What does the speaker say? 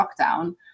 lockdown